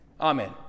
Amen